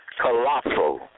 colossal